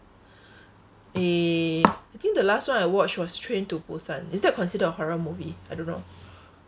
eh I think the last [one] I watched was train to busan is that considered a horror movie I don't know